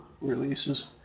releases